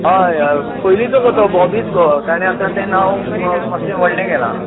हय हय पयलीचोत गो तो बॉबीत गो ताणे आतां नांव मात्शे व्हडले केलां